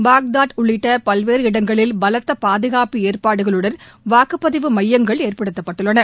பாக்தாக் உள்ளிட்ட பல்வேறு இடங்களில் பலத்த பாதுகாப்பு ஏற்பாடுகளுடன் வாக்குப்பதிவு மையங்கள் ஏற்படுத்தப்பட்டுள்ளன